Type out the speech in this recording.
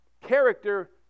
Character